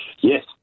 Yes